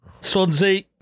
Swansea